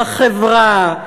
בחברה,